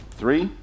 three